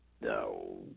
no